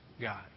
God